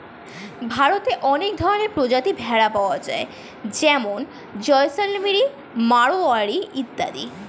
ভারতে অনেক প্রজাতির ভেড়া পাওয়া যায় যেমন জয়সলমিরি, মারোয়ারি ইত্যাদি